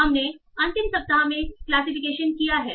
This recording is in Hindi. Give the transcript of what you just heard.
इसलिए हमने अंतिम सप्ताह में क्लासिफिकेशन किया है